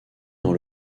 dans